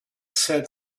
said